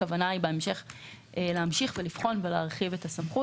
הכוונה בהמשך היא להמשיך לבחון ולהרחיב את הסמכות.